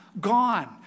Gone